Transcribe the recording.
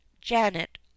janet